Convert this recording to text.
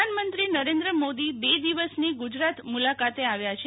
ગ જરાત પ્રધાનમંત્રી નરેન્દ્ર મોદી બે દિવસના ગુજરાત મુલાકાત આવ્યા છે